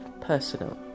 personal